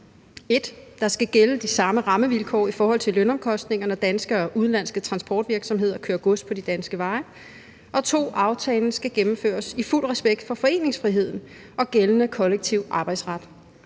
1: Der skal gælde de samme rammevilkår i forhold til lønomkostninger, når danske og udenlandske transportvirksomheder kører gods på de danske veje. Og punkt 2: Aftalen skal gennemføres i fuld respekt for foreningsfriheden og gældende kollektiv arbejdsret.